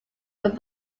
but